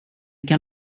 kan